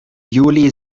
juli